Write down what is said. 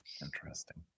Interesting